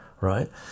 right